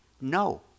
No